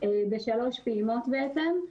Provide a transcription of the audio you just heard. בשלוש פעימות בעצם,